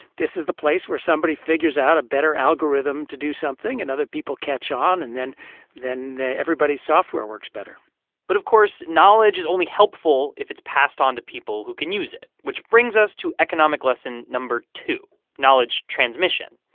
this is the place where somebody figures out a better algorithm to do something, and other people catch on, and then then everybody's software works better but, of course, knowledge is only helpful if it's passed on to people who can use it, which brings us to economic lesson no. two knowledge transmission.